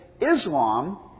Islam